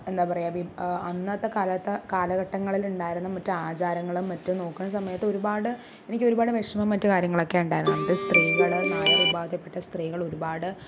എന്താ പറയുക അന്നത്തെ കാലത്ത് കാലഘട്ടങ്ങളിലുണ്ടായിരുന്ന മറ്റും ആചാരങ്ങളും മറ്റും നോക്കുന്ന സമയത്ത് ഒരുപാട് എനിക്കൊരുപാട് വിഷമം മറ്റു കാര്യങ്ങളൊക്കെ ഉണ്ടായിരുന്നു പണ്ട് സ്ത്രീകള് നായർ വിഭാഗത്തിൽപ്പെട്ട സ്ത്രീകള് ഒരുപാട്